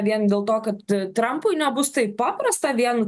vien dėl to kad trampui nebus taip paprasta vien